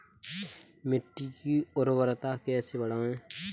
मिट्टी की उर्वरता कैसे बढ़ाएँ?